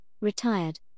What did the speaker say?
retired